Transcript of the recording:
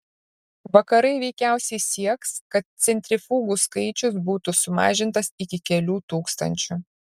vakarai veikiausiai sieks kad centrifugų skaičius būtų sumažintas iki kelių tūkstančių